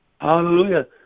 Hallelujah